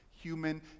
human